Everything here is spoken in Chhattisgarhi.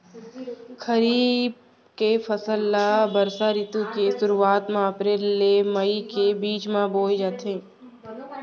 खरीफ के फसल ला बरसा रितु के सुरुवात मा अप्रेल ले मई के बीच मा बोए जाथे